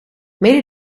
mede